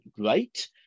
great